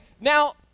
Now